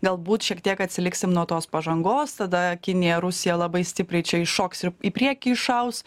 galbūt šiek tiek atsiliksim nuo tos pažangos tada kinija rusija labai stipriai čia iššoks ir į priekį iššaus